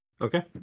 Okay